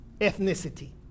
ethnicity